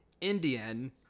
Indian